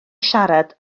siarad